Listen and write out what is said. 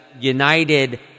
United